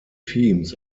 teams